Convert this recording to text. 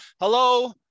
hello